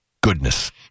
goodness